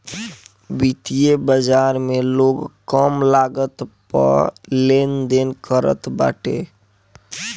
वित्तीय बाजार में लोग कम लागत पअ लेनदेन करत बाटे